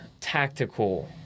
tactical